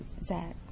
Zach